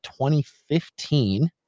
2015